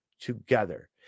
together